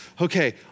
Okay